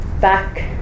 back